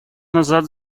назад